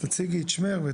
תציגי את שמך,